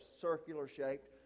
circular-shaped